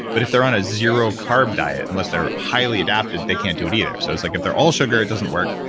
but if they're on a zero carb diet, unless they're highly adapted, they can't do it either. so it's like if they're all sugar, it doesn't work.